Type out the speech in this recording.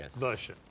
Yes